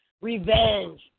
revenge